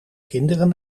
kinderen